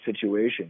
situation